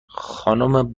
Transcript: خانم